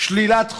שלילת חופש?